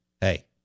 Hey